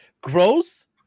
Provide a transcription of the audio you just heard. Gross